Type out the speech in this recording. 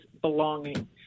belonging